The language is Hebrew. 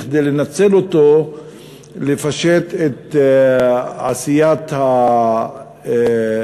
לנצל אותו כדי לפשט את עשיית החקיקה,